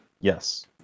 Yes